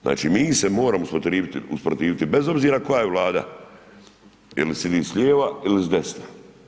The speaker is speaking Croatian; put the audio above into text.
Znači mi se moramo usprotiviti, bez obzira koja je vlada ili sidi s lijeva ili s desna.